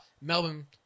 Melbourne